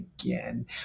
again